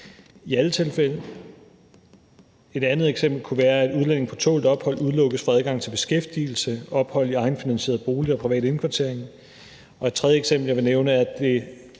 i alle tilfælde. Et andet eksempel kunne være, at udlændinge på tålt ophold udelukkes fra adgang til beskæftigelse, ophold i egenfinansieret bolig og privat indkvartering. Et tredje eksempel, jeg vil nævne, er, at det